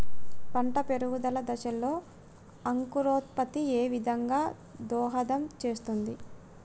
పంట పెరుగుదల దశలో అంకురోత్ఫత్తి ఏ విధంగా దోహదం చేస్తుంది?